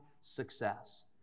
success